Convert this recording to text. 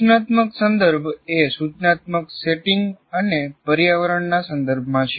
સૂચનાત્મક સંદર્ભ એ સૂચનાત્મક સેટિંગ અને પર્યાવરણના સંદર્ભમાં છે